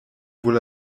wohl